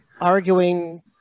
arguing